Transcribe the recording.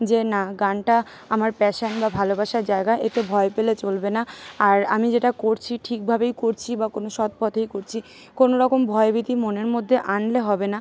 যে না গানটা আমার প্যাশন বা ভালোবাসার জায়গা এতে ভয় পেলে চলবে না আর আমি যেটা করছি ঠিকভাবেই করছি বা কোনও সৎ পথেই করছি কোনও রকম ভয় ভীতি মনের মধ্যে আনলে হবে না